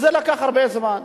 וזה לקח הרבה זמן.